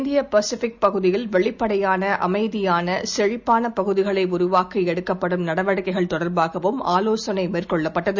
இந்தியபசிபிக் பகுதியில் வெளிப்படையானஅமைதியானசெழிப்பானபகுதிகளைஉருவாக்களடுக்கப்படும் நடவடிக்கைகள் தொடர்பாகவும் ஆலோசனைமேற்கொள்ளப்பட்டது